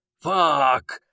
Fuck